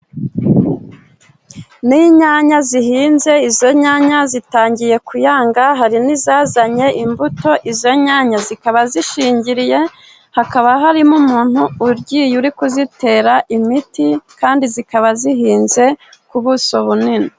Ni inyanya zihinze, izo nyanya zitangiye kuyanga, hari n'izazanye imbuto. Izo nyanya zikaba zishingiriye. Hakaba harimo umuntu ugiye uri kuzitera imiti kandi zikaba zihinze ku buso bunini.